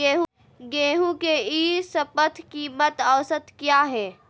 गेंहू के ई शपथ कीमत औसत क्या है?